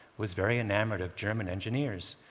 was very enamored of german engineers.